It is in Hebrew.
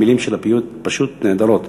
המילים של הפיוט פשוט נהדרות.